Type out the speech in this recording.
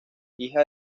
hija